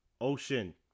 ocean